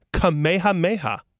Kamehameha